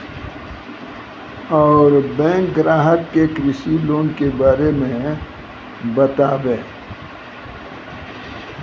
और बैंक ग्राहक के कृषि लोन के बारे मे बातेबे?